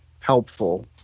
helpful